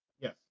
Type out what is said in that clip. Yes